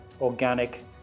organic